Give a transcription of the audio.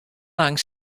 lang